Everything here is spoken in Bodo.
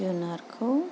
जुनारखौ